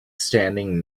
standing